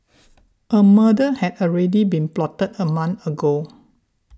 a murder had already been plotted a month ago